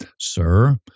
sir